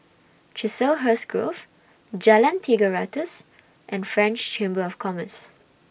Chiselhurst Grove Jalan Tiga Ratus and French Chamber of Commerce